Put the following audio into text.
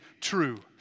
true